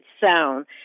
Sound